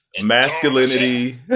masculinity